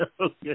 Okay